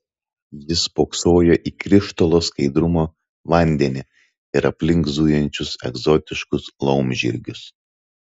jis spoksojo į krištolo skaidrumo vandenį ir aplink zujančius egzotiškus laumžirgius